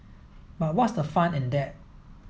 but what's the fun in that